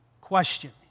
question